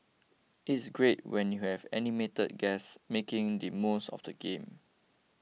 it's great when you have animated guests making the most of the game